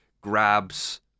grabs